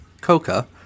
Coca